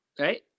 right